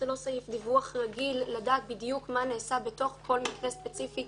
זה לא סעיף דיווח רגיל לדעת מה בדיוק נעשה בתוך כל מקרה ספציפי.